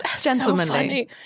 gentlemanly